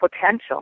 potential